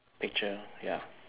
picture ya